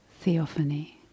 theophany